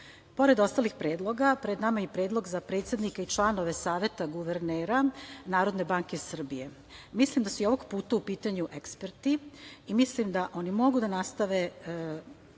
ostalih predloga, pred nama je i predlog za predsednika i članove Saveta guvernera NBS. Mislim da su i ovog puta u pitanju eksperti. Mislim da oni mogu da nastave